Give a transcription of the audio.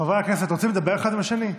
חברי הכנסת, רוצים לדבר אחד עם השני?